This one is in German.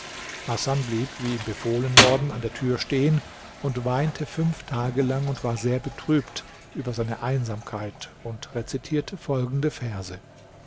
hasan blieb wie ihm befohlen worden an der tür stehen und weinte fünf tage lang und war sehr betrübt über seine einsamkeit und rezitierte folgende verse